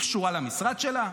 היא קשורה למשרד שלה?